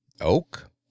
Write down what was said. Oak